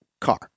car